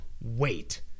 wait